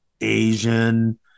Asian